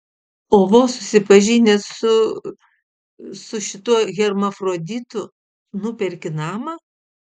o vos susipažinęs su su šituo hermafroditu nuperki namą